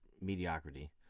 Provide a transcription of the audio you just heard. mediocrity